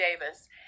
Davis